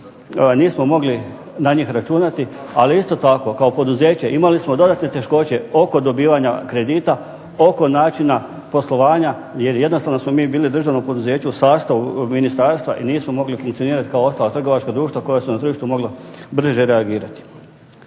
nismo mogli na njih računati, ali isto tako kao poduzeće imali smo dodatne teškoće oko dobivanja kredita, oko načina poslovanja, jer jednostavno smo mi bili državno poduzeće u sastavu ministarstva i nismo mogli funkcionirati kao ostala trgovačka društva koja su na tržištu mogla brže reagirati.